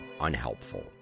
unhelpful